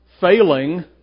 failing